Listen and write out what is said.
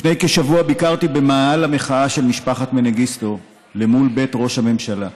לפני כשבוע ביקרתי במאהל המחאה של משפחת מנגיסטו למול בית ראש הממשלה.